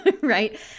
right